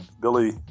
Billy